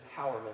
empowerment